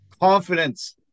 confidence